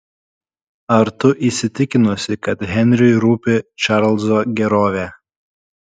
ar tu įsitikinusi kad henriui rūpi čarlzo gerovė